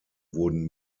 wurden